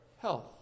health